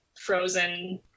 frozen